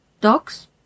Dogs